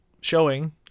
showing